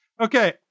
Okay